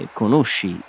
conosci